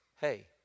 hey